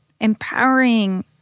empowering